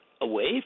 away